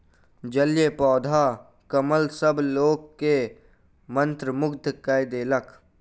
जलीय पौधा कमल सभ लोक के मंत्रमुग्ध कय देलक